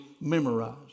memorized